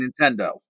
Nintendo